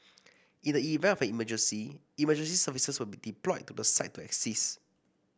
in the event of an emergency emergency services will be deployed to the site to assist